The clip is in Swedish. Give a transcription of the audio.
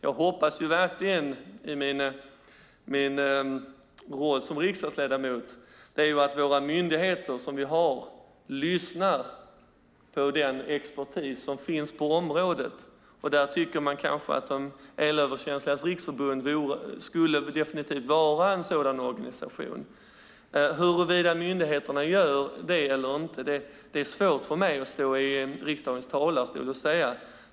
Jag hoppas verkligen i min roll som riksdagsledamot att de myndigheter vi har lyssnar på den expertis som finns på området. Där skulle Elöverkänsligas Riksförbund definitivt vara en sådan organisation. Huruvida myndigheterna gör det eller inte är svårt för mig att stå i riksdagens talarstol och säga.